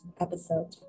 episode